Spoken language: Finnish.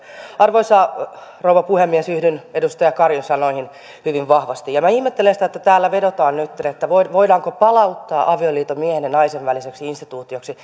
arvoisa rouva puhemies yhdyn edustaja karin sanoihin hyvin vahvasti ja minä ihmettelen sitä että täällä vedotaan nyt että voidaanko palauttaa avioliitto miehen ja naisen väliseksi instituutioksi